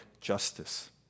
justice